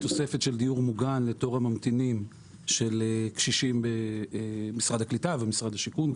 תוספת של דיון מוגן לתור הממתינים של קשישים במשרד הקליטה ומשרד השיכון,